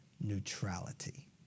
neutrality